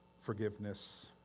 forgiveness